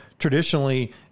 traditionally